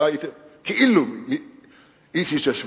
אתה כאילו איש התיישבות.